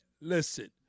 Listen